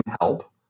help